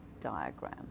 diagram